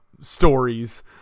stories